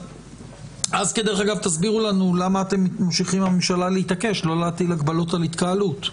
ואז תסבירו לנו למה אתם ממשיכים להתעקש לא להטיל הגבלות על התקהלות,